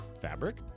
Fabric